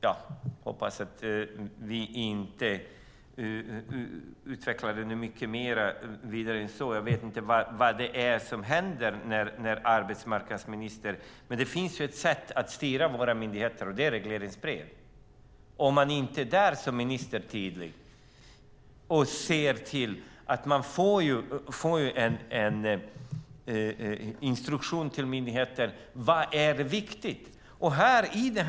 Jag hoppas att vi inte utvecklar det mycket mer och vidare än så. Jag vet inte vad det är som händer, arbetsmarknadsministern. Det finns ett sätt att styra våra myndigheter, och det är regleringsbrev. Det är där man som minister ska vara tydlig och ge en instruktion till myndigheten om vad som är viktigt.